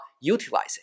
utilizing